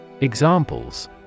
Examples